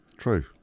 True